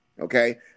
okay